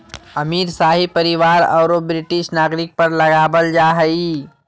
अमीर, शाही परिवार औरो ब्रिटिश नागरिक पर लगाबल जा हइ